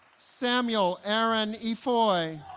samuel aaron effoe